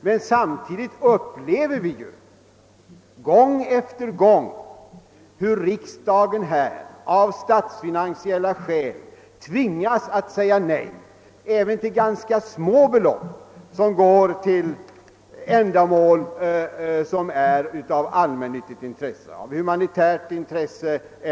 Men samtidigt upplever vi gång efter annan hur riksdagen av statsfinansiella skäl tvingas avstyrka även ganska små belopp som skulle gå till ändamål av allmännyttigt eller humanitärt intresse.